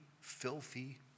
filthy